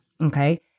Okay